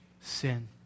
sin